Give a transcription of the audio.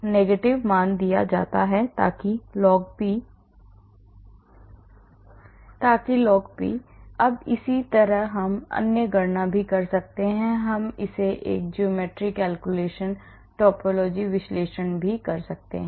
तो यह एक नकारात्मक मान दिया गया है ताकि log p अब इसी तरह हम अन्य गणना भी कर सकते हैं हम geometry calculation टोपोलॉजी विश्लेषण भी कर सकते हैं